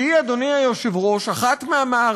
שהיא, אדוני היושב-ראש, אחת מהמערכות